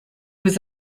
was